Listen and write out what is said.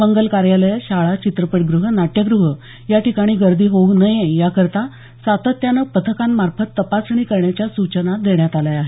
मंगल कार्यालय शाळा चित्रपट गृह नाट्यगृह या ठिकाणी गर्दी होऊ नये या करता सातत्यानं पथका मार्फत तपासणी करण्याच्या सुचना देण्यात आल्या आहेत